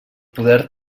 poder